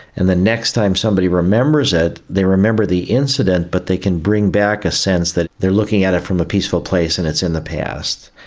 and the next time somebody remembers it they remember the incident but they can bring back a sense that they are looking at it from a peaceful place and it's in the past.